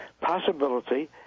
possibility